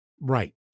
Right